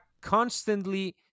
constantly